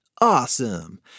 Awesome